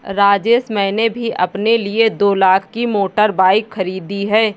राजेश मैंने भी अपने लिए दो लाख की मोटर बाइक खरीदी है